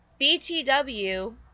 BTW –